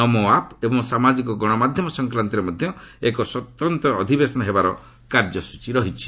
ନମୋ app ଏବଂ ସାମାଜିକ ଗଣମାଧ୍ୟମ ସଂକ୍ରାନ୍ତରେ ମଧ୍ୟ ଏକ ସ୍ୱତନ୍ତ ଅଧିବେଶନ ହେବାର କାର୍ଯ୍ୟସ୍ତଚୀ ରହିଛି